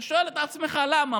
אתה שואל את עצמך: למה?